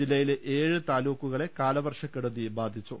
ജില്ലയിലെ ഏഴ് താലൂക്കുകളെ കാലവർഷക്കെടുതി ബാധിച്ചു